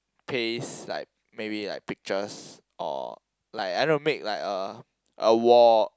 paste like maybe like pictures or like I don't know like make like a a wall